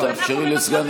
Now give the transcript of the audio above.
מיכאלי, תאפשרי לסגן השר.